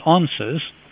answers